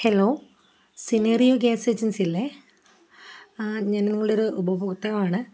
hello സിനേറിയോ gas ഏജൻസിയല്ലേ ഞാൻ നിങ്ങളുടെ ഒരു ഉപഭോക്താവാണ്